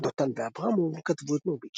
דותן ואברמוב כתבו את מרבית שיריה.